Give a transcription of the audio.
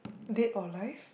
dead or alive